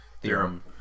theorem